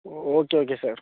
O okay okay sir